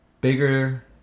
bigger